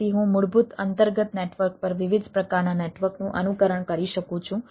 તેથી હું મૂળભૂત અંતર્ગત નેટવર્ક પર વિવિધ પ્રકારના નેટવર્કનું અનુકરણ કરી શકું છું